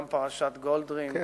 גם פרשת גולדרינג,